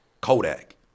Kodak